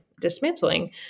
dismantling